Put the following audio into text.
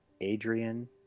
Adrian